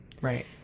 Right